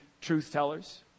truth-tellers